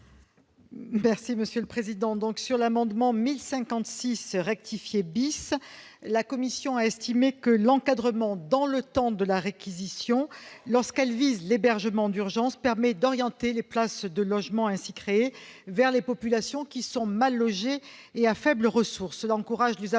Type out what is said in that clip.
rédactionnelles. Sur l'amendement n° 1056 rectifié la commission a estimé que l'encadrement, dans le temps, de la réquisition, lorsqu'elle vise l'hébergement d'urgence, permet d'orienter les places de logement ainsi créées vers les populations mal logées et à faibles ressources. Cela encourage l'usage